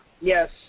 Yes